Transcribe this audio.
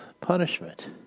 punishment